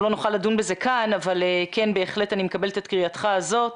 נוכל לדון בזה כאן אבל בהחלט אני מקבלת את קריאתך הזאת.